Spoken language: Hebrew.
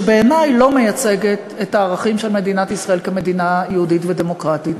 שבעיני לא מייצגת את הערכים של מדינת ישראל כמדינה יהודית ודמוקרטית.